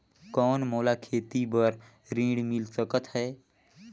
कौन मोला खेती बर ऋण मिल सकत है?